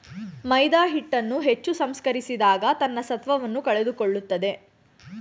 ಮೈದಾಹಿಟ್ಟನ್ನು ಹೆಚ್ಚು ಸಂಸ್ಕರಿಸಿದಾಗ ತನ್ನ ಸತ್ವವನ್ನು ಕಳೆದುಕೊಳ್ಳುತ್ತದೆ